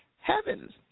heavens